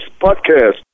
Podcast